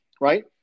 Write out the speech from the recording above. right